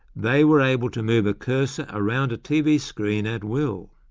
they were able to move a cursor around a tv screen at will.